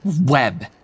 web